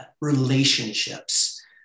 relationships